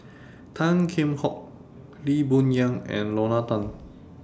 Tan Kheam Hock Lee Boon Yang and Lorna Tan